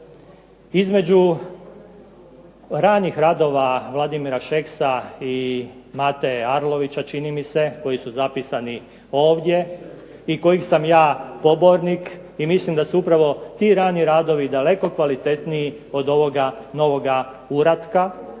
Između ranih radova Vladimir Šeksa i Mate Arlovića čini mi se koji su zapisani ovdje i kojih sam ja pobornik i mislim da su upravo ti rani radovi daleko kvalitetniji od ovoga novoga uratka